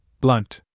Blunt